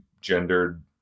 gendered